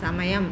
సమయం